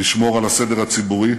לשמור על הסדר הציבורי